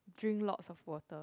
drink lots of water